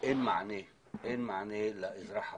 אין מענה לאזרח הפשוט.